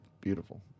beautiful